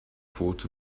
thought